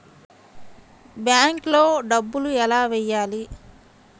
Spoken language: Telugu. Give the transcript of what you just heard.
బ్యాంక్లో డబ్బులు ఎలా వెయ్యాలి?